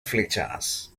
flechas